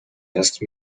asked